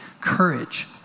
courage